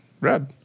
Red